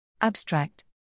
Abstract